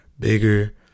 bigger